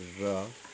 र